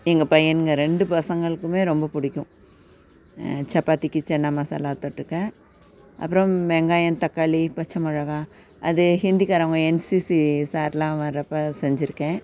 எங்கள் பையன்கள் ரெண்டு பசங்களுக்குமே ரொம்ப பிடிக்கும் சப்பாத்திக்கு சன்னா மசாலா தொட்டுக்க அப்புறம் வெங்காயம் தக்காளி பச்சை மிளகா அது ஹிந்தி காரவங்க என்சிசி சார்லாம் வர்கிறப்ப செஞ்சுருக்கேன்